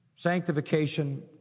sanctification